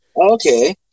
Okay